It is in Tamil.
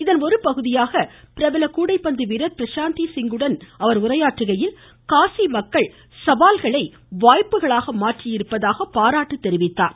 இதன் ஒருபகுதியாக பிரபல கூடைப்பந்து வீரர் பிரசாந்தி சிங்குடன் அவர் காசி உரையாற்றுகையில் மக்கள் சவால்களை வாய்ப்புகளாக மாற்றியிருப்பதாக பாராட்டு தெரிவித்தார்